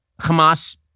Hamas